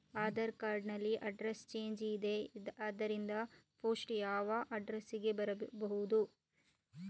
Aadhaar card ನಲ್ಲಿ address change ಇದೆ ಆದ್ದರಿಂದ ಪೋಸ್ಟ್ ಯಾವ ಅಡ್ರೆಸ್ ಗೆ ಬರಬಹುದು?